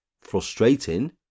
frustrating